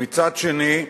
מצד שני,